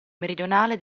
meridionale